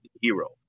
hero